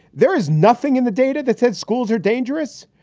there is nothing in the data that said schools are dangerous.